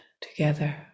together